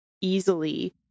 easily